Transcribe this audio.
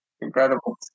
incredible